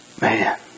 Man